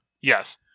Yes